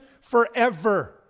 forever